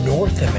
North